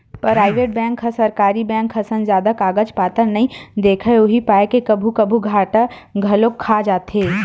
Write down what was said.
private bank ह सरकारी bank असन जादा कागज पतर नइ देखय उही पाय के कभू कभू घाटा घलोक खा जाथे